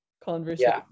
conversation